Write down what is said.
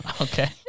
Okay